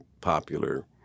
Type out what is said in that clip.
popular